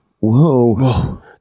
whoa